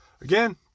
again